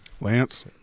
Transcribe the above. Lance